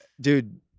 Dude